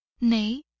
Nay